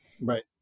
Right